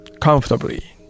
comfortably